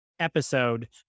episode